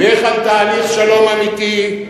לך על תהליך שלום אמיתי,